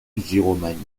giromagny